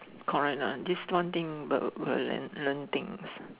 correct lah this one thing but but Let let me think